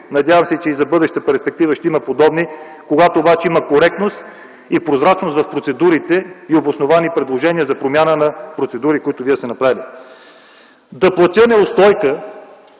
надявам се, че и в бъдеща перспектива ще имаме подобни, когато обаче имаме коректност и прозрачност в процедурите и обосновани предложения за промяна на процедури, които вие сте направили. Да платя неустойка